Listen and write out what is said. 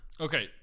Okay